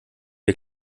wir